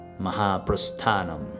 Mahaprasthanam